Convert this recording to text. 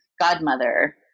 godmother